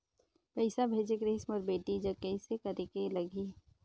पइसा भेजेक रहिस मोर बेटी जग कइसे करेके लगही?